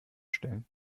stellen